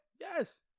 Yes